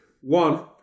One